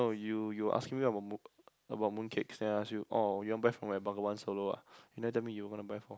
oh you you asking me about moon about mooncakes then I ask you orh you want buy for my Bengawan-Solo ah you never tell me you gonna buy for